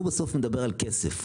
הוא בסוף מדבר על כסף.